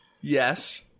yes